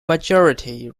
majority